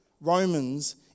Romans